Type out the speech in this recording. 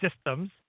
Systems